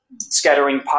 scattering